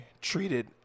treated